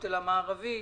הכותל המערבי,